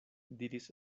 diris